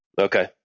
Okay